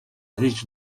річ